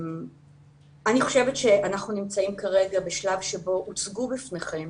אני חושבת שאנחנו נמצאים כרגע בשלב שבו הוצגו בפניכם